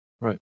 Right